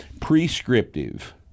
Prescriptive